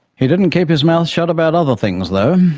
he didn't keep his mouth shut about other things, though.